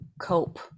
cope